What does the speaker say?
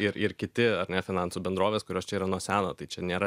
ir ir kiti ar ne finansų bendrovės kurios čia yra nuo seno tai čia nėra